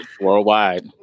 worldwide